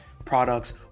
products